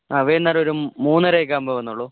ആ വൈകുന്നേരം ഒരു മൂന്നരയൊക്കെ ആവുമ്പോൾ വന്നോളൂ